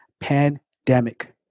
pandemic